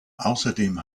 außerdem